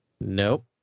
Nope